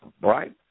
right